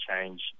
change